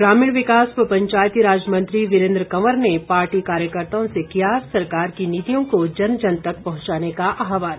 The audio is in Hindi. ग्रामीण विकास व पंचायतीराज मंत्री वीरेंद्र कंवर ने पार्टी कार्यकर्ताओं से किया सरकार की नीतियों को जन जन तक पहुंचाने का आहवान